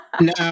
No